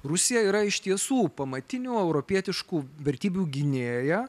rusija yra iš tiesų pamatinių europietiškų vertybių gynėja